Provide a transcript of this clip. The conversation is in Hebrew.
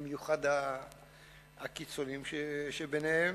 במיוחד הקיצוניים שביניהם,